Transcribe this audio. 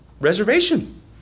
reservation